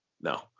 No